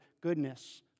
goodness